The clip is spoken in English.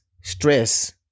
stress